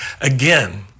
Again